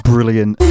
Brilliant